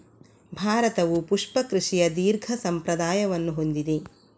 ಭಾರತವು ಪುಷ್ಪ ಕೃಷಿಯ ದೀರ್ಘ ಸಂಪ್ರದಾಯವನ್ನು ಹೊಂದಿದೆ